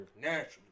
naturally